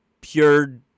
pure